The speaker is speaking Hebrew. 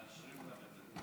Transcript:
הכנסת